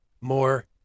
more